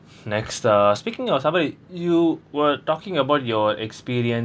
next uh speaking of somebody you were talking about your experience